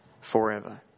forever